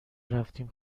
رفتیم